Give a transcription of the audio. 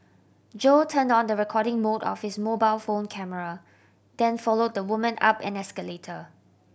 Jo turned on the recording mode of his mobile phone camera then followed the woman up an escalator